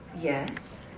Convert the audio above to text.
Yes